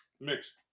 mixed